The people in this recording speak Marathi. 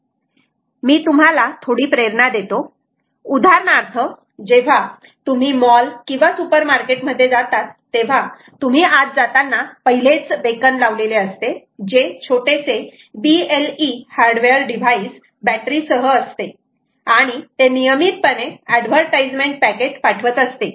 मी तुम्हाला थोडी प्रेरणा देतो उदाहरणार्थ जेव्हा तुम्ही मॉल किंवा सुपर मार्केट मध्ये जातात तेव्हा तुम्ही आत जाताना पहिलेच बेकन लावलेले असते जे छोटेसे BLE हार्डवेअर डिवाइस बॅटरी सह असते आणि ते नियमितपणे एडवर्टाइजमेंट पॅकेट पाठवत असते